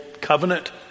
covenant